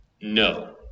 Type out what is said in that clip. no